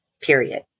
period